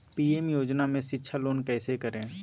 PM योजना में शिक्षा लोन कैसे करें?